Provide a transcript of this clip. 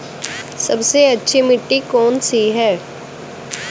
सबसे अच्छी मिट्टी कौन सी है?